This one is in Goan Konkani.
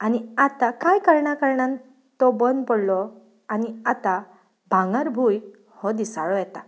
आनी आतां कांय कारणान कारणान तो बंद पडलो आनी आतां भांगरभूंय हो दिसाळो येता